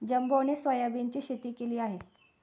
जंबोने सोयाबीनची शेती केली आहे